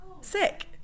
sick